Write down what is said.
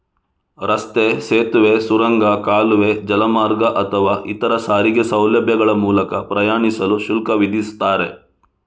ರಸ್ತೆ, ಸೇತುವೆ, ಸುರಂಗ, ಕಾಲುವೆ, ಜಲಮಾರ್ಗ ಅಥವಾ ಇತರ ಸಾರಿಗೆ ಸೌಲಭ್ಯಗಳ ಮೂಲಕ ಪ್ರಯಾಣಿಸಲು ಶುಲ್ಕ ವಿಧಿಸ್ತಾರೆ